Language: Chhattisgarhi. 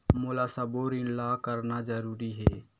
मोला सबो ऋण ला करना जरूरी हे?